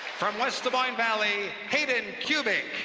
from west devine valley, caton kubik